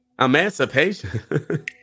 emancipation